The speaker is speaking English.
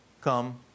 come